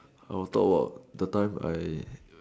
I will thought what the time I